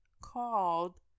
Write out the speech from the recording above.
called